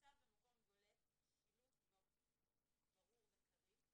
יוצב במקום בולט שילוט ברור וקריא,